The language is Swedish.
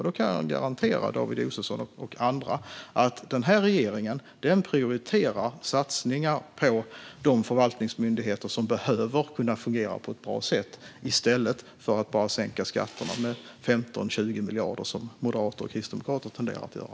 Jag kan garantera David Josefsson och andra att denna regering prioriterar satsningar på de förvaltningsmyndigheter som behöver kunna fungera på ett bra sätt i stället för att bara sänka skatterna med 15-20 miljarder som Moderaterna och Kristdemokraterna tenderar att göra.